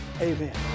Amen